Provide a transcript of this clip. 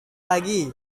lagi